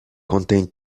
contém